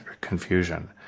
confusion